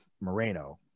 Moreno